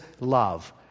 love